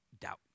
doubt